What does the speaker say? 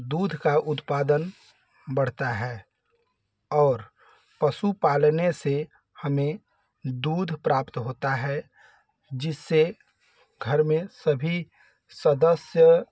दूध का उत्पादन बढ़ता है और पशु पालने से हमें दूध प्राप्त होता है जिससे घर में सभी सदस्य